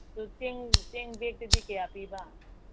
ꯑꯗꯨ ꯆꯦꯡ ꯆꯦꯡ ꯕꯦꯛꯇꯗꯤ ꯀꯌꯥ ꯄꯤꯕ